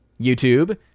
YouTube